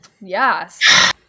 Yes